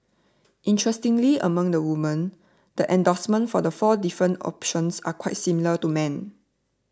interestingly among the women the endorsement for the four different options are quite similar to men